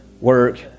work